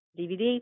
DVD